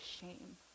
shame